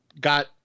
got